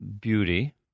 beauty